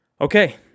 Okay